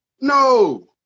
No